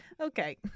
Okay